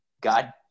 God